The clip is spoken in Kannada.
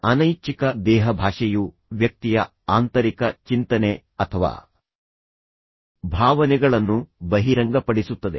ಅನೈಚ್ಛಿಕ ದೇಹಭಾಷೆಯು ವ್ಯಕ್ತಿಯ ಆಂತರಿಕ ಚಿಂತನೆ ಅಥವಾ ಭಾವನೆಗಳನ್ನು ಬಹಿರಂಗಪಡಿಸುತ್ತದೆ